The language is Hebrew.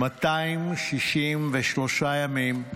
263 ימים,